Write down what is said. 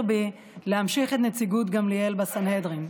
בי להמשיך את נציגות גמליאל בסנהדרין.